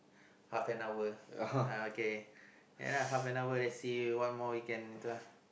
half an hour uh okay then half an hour then see one more weekend lah